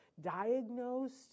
diagnosed